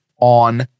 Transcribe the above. on